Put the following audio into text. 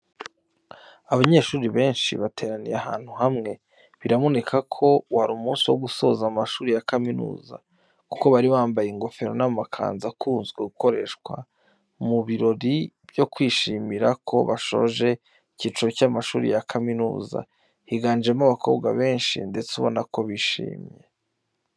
Abanyeshuri benshi bateraniye ahantu hamwe, biraboneka ko wari umunsi wo gusoza amashuri ya kaminuza, kuko bari bambaye ingofero n'amakanzu akunzwe gukoreshwa, mu birori byo kwishimira ko bashoje icyiciro cy'amashuri ya kaminuza. Higanjemo abakobwa benshi ndetse ubona ko bishimye.